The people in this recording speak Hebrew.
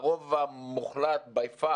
הרוב המוחלט ב"עמך"